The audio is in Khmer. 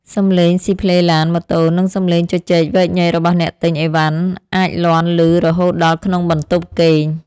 សំឡេងស៊ីផ្លេឡាន ម៉ូតូ និងសំឡេងជជែកវែកញែករបស់អ្នកទិញអីវ៉ាន់អាចលាន់ឮរហូតដល់ក្នុងបន្ទប់គេង។